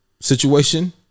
Situation